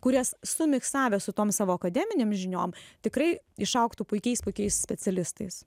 kurias sumiksavę su tom savo akademinėm žiniom tikrai išaugtų puikiais puikiais specialistais